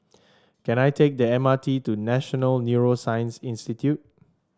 can I take the M R T to National Neuroscience Institute